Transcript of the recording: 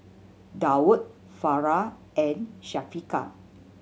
Daud Farah and Syafiqah